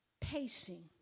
pacing